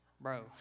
bro